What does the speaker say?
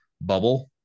bubble